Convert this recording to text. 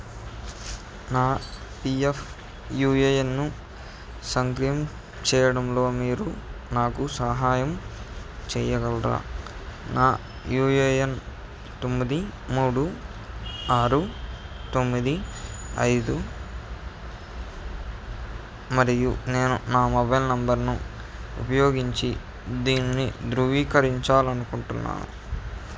నా పీఎఫ్ యుఏఎన్ను సక్రియం చేయడంలో మీరు నాకు సహాయం చేయగలరా నా యుఏఎన్ తొమ్మిది మూడు ఆరు తొమ్మిది ఐదు మరియు నేను నా మొబైల్ నెంబర్ను ఉపయోగించి దీనిని ధృవీకరించాలి అనుకుంటున్నాను